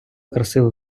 красиву